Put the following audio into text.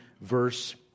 verse